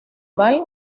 val